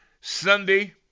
Sunday